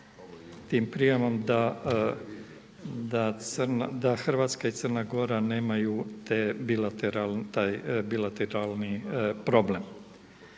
tim prijemom da Hrvatska i Crna Gora nemaju te bilateralne,